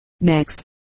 Next